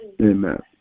Amen